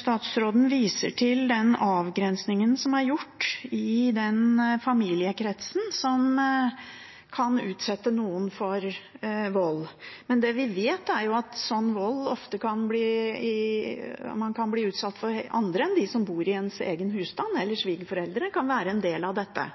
Statsråden viser til den avgrensingen som er gjort når det gjelder familiekrets og hvem som kan utsette noen for vold. Det vi vet, er at man kan bli utsatt for vold av andre enn dem som bor i ens egen husstand. Svigerforeldre kan være en del av dette.